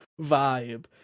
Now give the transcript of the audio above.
vibe